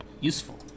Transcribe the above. useful